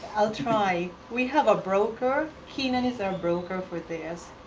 i'll try. we have a broker kennan is our broker for this.